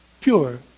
pure